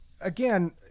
again